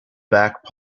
back